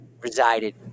resided